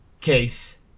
case